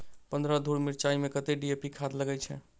पन्द्रह धूर मिर्चाई मे कत्ते डी.ए.पी खाद लगय छै?